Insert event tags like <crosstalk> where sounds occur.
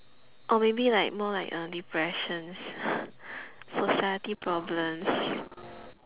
or maybe like more like uh depressions <breath> society problems